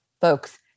folks